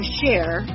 share